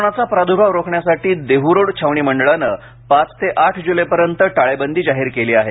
कोरोनाचा प्राद्भाव रोखण्यासाठी देहरोड छावणी मंडळानं पाच ते आठ जुलैपर्यंत टाळेबंदी जाहीर केली आहे